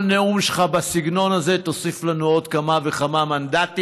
כל נאום שלך בסגנון הזה יוסיף לנו עוד כמה וכמה מנדטים.